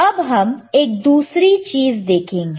अब हम एक दूसरी चीज देखेंगे